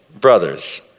brothers